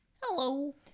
hello